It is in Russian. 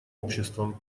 обществом